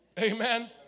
Amen